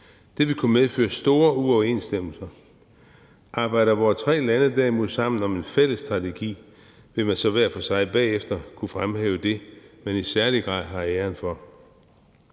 Det vil kunne medføre store uoverensstemmelser. Arbejder vore tre lande derimod sammen om en fælles strategi, vil de hver for sig bagefter kunne fremhæve det, man i særlig grad har æren for.